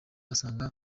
asanga